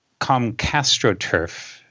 ComcastroTurf